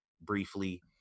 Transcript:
briefly